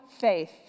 faith